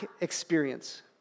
experience